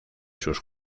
sus